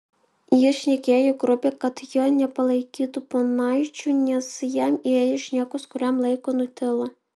jis šnekėjo grubiai kad jo nepalaikytų ponaičiu nes jam įėjus šnekos kuriam laikui nutilo